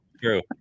True